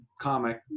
comic